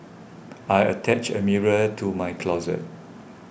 I attached a mirror to my closet